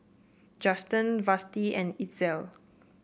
Juston Vashti and Itzel